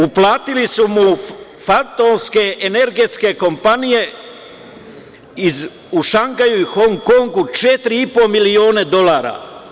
Uplatili su mu fantomske energetske kompanije u Šangaju i Hong Kongu 4,5 miliona dolara.